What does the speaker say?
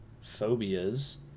phobias